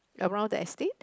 around the estate